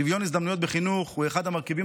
שוויון הזדמנויות בחינוך הוא אחד המרכיבים